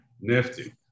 nifty